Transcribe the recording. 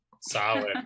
Solid